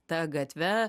ta gatve